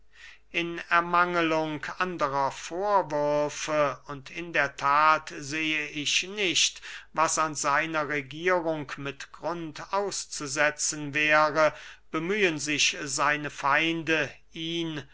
in ermanglung andrer vorwürfe und in der that sehe ich nicht was an seiner regierung mit grund auszusetzen wäre bemühen sich seine feinde ihn